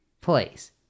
please